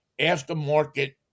aftermarket